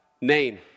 name